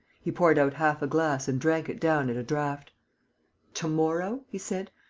he poured out half a glass and drank it down at a draught to-morrow? he said.